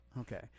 Okay